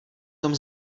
tom